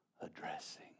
addressing